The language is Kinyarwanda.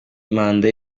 manda